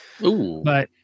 But-